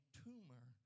tumor